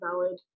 valid